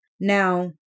Now